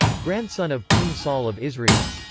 grandson of king saul of israel.